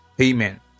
Amen